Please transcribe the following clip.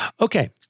Okay